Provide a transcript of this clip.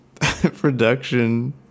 production